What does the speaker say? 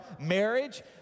marriage